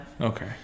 okay